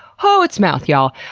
hooo its mouth, y'all!